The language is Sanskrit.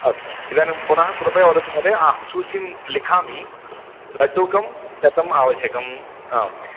अस्तु इदानीं पुनः कृपया वदतु महोदय अहं सूचीं लिखामि लड्डुकं शतम् आवश्यकम् आम्